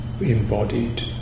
embodied